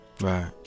Right